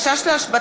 בנושא: החשש להמשך